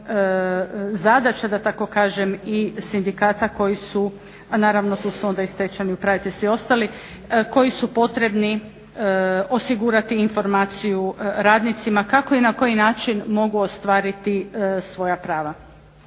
upravitelj i svi ostali koji su potrebni osigurati informaciju radnicima kako i na koji način mogu ostvariti svoja prava.